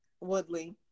Woodley